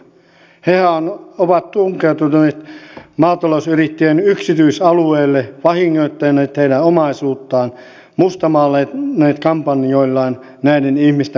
hehän ovat tunkeutuneet maatalousyrittäjien yksityisalueille vahingoittaneet heidän omaisuuttaan mustamaalanneet kampanjoillaan näiden ihmisten mainetta